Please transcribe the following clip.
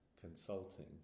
consulting